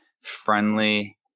friendly